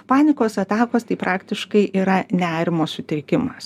panikos etapas tai praktiškai yra nerimo sutrikimas